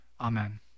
Amen